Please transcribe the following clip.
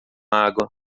água